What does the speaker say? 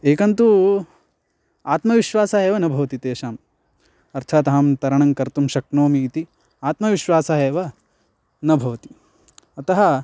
एकं तु आत्मविश्वासः एव न भवति तेषाम् अर्थात् अहं तरणं कर्तुं शक्नोमि इति आत्मविश्वासः एव न भवति अतः